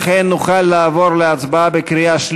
אנחנו מצביעים.